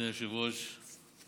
אדוני היושב-ראש.